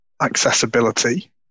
accessibility